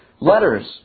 letters